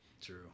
True